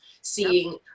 seeing